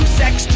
sex